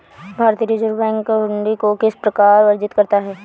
भारतीय Reserve Bank हुंडी को किस प्रकार वर्णित करता है?